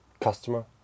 customer